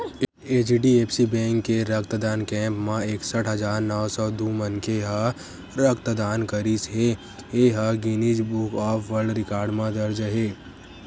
HDFC bank के रक्तदान camp म एकसट हजार नव सौ दू मनखे ह रक्तदान करिस ए ह Guinness Book of World Record म दर्ज हे